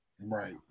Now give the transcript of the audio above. Right